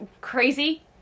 crazy